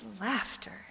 laughter